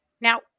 Now